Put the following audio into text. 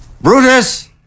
Brutus